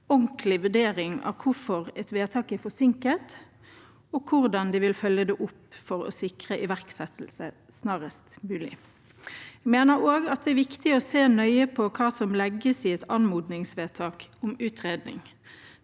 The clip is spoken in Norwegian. ordentlig vurdering av hvorfor et vedtak er forsinket, og hvordan de vil følge det opp for å sikre iverksettelse snarest mulig. Vi mener også at det er viktig å se nøye på hva som legges i et anmodningsvedtak om utredning.